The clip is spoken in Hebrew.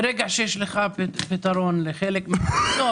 ברגע שיש לך פתרון לחלק מהרשויות,